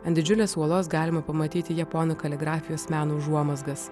ant didžiulės uolos galima pamatyti japonų kaligrafijos meno užuomazgas